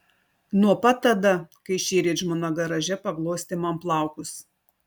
nuo pat tada kai šįryt žmona garaže paglostė man plaukus